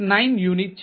9 unit છે